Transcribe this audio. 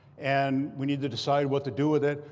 and we need to decide what to do with it.